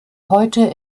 heute